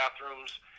bathrooms